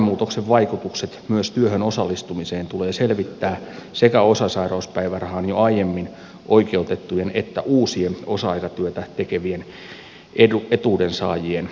lainmuutoksen vaikutukset myös työhön osallistumiseen tulee selvittää sekä osasairauspäivärahaan jo aiemmin oikeutettujen että uu sien osa aikatyötä tekevien etuudensaajien osalta